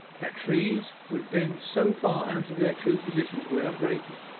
that trees would bend so far out of their true positions without breaking